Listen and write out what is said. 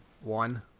One